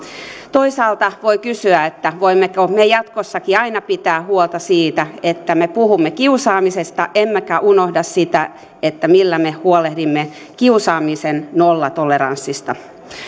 toisaalta voi kysyä voimmeko me jatkossakin aina pitää huolta siitä että me puhumme kiusaamisesta emmekä unohda sitä millä me huolehdimme kiusaamisen nollatoleranssista